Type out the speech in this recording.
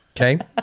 Okay